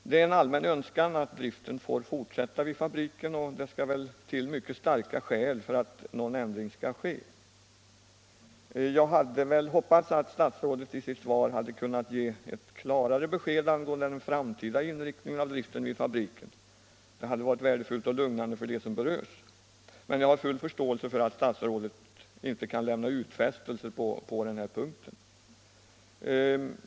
Det är en allmän önskan att driften får fortsätta vid fabriken, och det skall väl till mycket starka skäl för att någon ändring skall ske. Jag hade hoppats att statsrådet i sitt svar skulle ha kunnat ge ett klarare besked angående den framtida inriktningen av driften vid fabriken. Det hade varit värdefullt och lugnande för dem som berörs, men jag har full förståelse för att statsrådet inte kan lämna utfästelser på den här punkten.